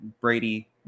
Brady